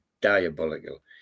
diabolical